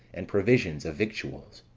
and provisions of victuals